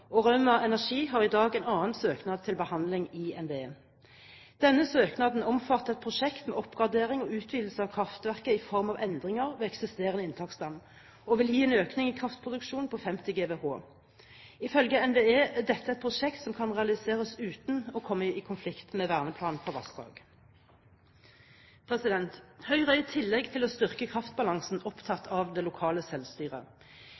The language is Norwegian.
og Rauma Energi har i dag en annen søknad til behandling i NVE. Denne søknaden omfatter et prosjekt med oppgradering og utvidelse av kraftverket i form av endringer ved eksisterende inntaksdam, og vil gi en økning i kraftproduksjonen på 50 GWh. Ifølge NVE er dette et prosjekt som kan realiseres uten å komme i konflikt med verneplanen for vassdrag. Høyre er i tillegg til å styrke kraftbalansen opptatt av det lokale selvstyret.